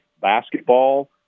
basketball